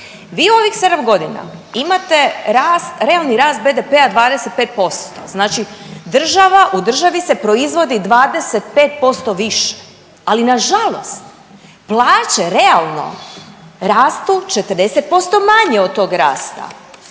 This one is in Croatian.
Vi ovih 7 godina imate rast, realni rast BDP-a 25%. Znači država, u državi se proizvodi 25% više. Ali na žalost plaće realno rastu 40% manje od tog rasta,